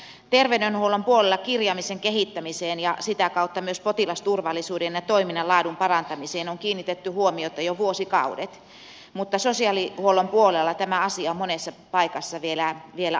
terveydenhuollon puolella kirjaamisen kehittämiseen ja sitä kautta myös potilasturvallisuuden ja toiminnan laadun parantamiseen on kiinnitetty huomiota jo vuosikaudet mutta sosiaalihuollon puolella tämä asia on monessa paikassa vielä alkutekijöissään